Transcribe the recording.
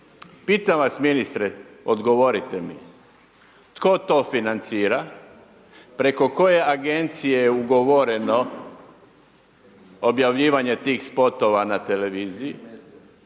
Pitam vas ministre, odgovorite mi. Tko to financira? Preko koje agencije je ugovoreno objavljivanje tih spotova na televiziji?